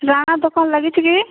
ରାଣା ଦୋକାନ ଲାଗିଛି କି